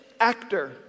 Actor